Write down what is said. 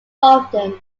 often